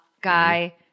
guy